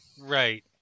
right